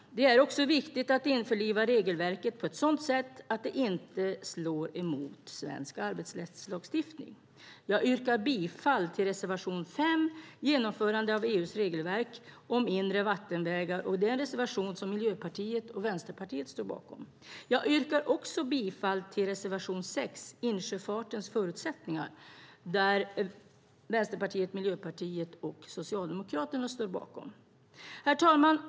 Det är också viktigt att införliva regelverket på ett sådant sätt att det inte slår mot svensk arbetsrättslagstiftning. Jag yrkar bifall till reservation 5, Genomförande av EU:s regelverk om inre vattenvägar. Det är en reservation som Miljöpartiet och Vänsterpartiet står bakom. Jag yrkar också bifall till reservation 6, Insjöfartens förutsättningar, som Vänsterpartiet, Miljöpartiet och Socialdemokraterna står bakom. Herr talman!